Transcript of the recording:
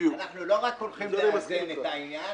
אנחנו לא רק הולכים לאזן את העניין,